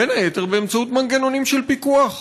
בין היתר באמצעות מנגנונים של פיקוח.